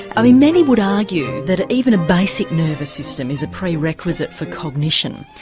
i mean many would argue that even a basic nervous system is a prerequisite for cognition,